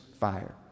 fire